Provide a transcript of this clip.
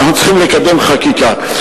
ואנחנו צריכים לקדם חקיקה.